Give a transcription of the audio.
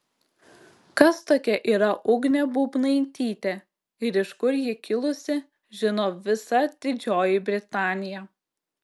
kas tokia yra ugnė bubnaitytė ir iš kur ji kilusi žino visa didžioji britanija